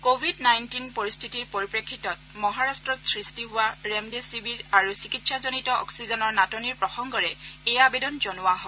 Covid nineteen পৰিস্থিতিৰ পৰিপ্ৰেক্ষিতত মহাৰাট্টত সৃষ্টি হোৱা ৰেমডেছিৱিৰ আৰু চিকিৎসাজনিত অক্সিজেনৰ নাটনিৰ প্ৰসংগৰে এই আবেদন জনোৱা হয়